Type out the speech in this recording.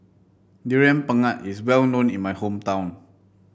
Durian Pengat is well known in my hometown